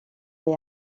est